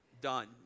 done